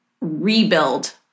rebuild